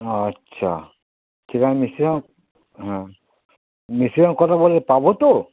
আচ্ছা ঠিক আছে আমি মিস্ত্রির সঙ্গে হ্যাঁ মিস্ত্রীর সঙ্গে কথা বলে পাবো তো